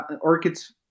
orchids